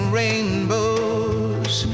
rainbows